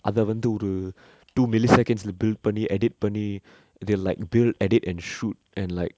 அத வந்து ஒரு:atha vanthu oru two milliseconds lah build பன்னி:panni edit பன்னி:panni they like build edit and shoot and like